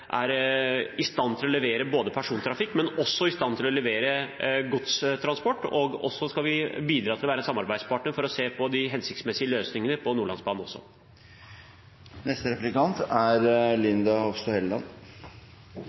i stand til å levere både persontrafikk og godstransport, og så skal vi bidra til å være en samarbeidspartner for å se på de hensiktsmessige løsningene på Nordlandsbanen.